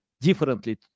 differently